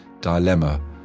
dilemma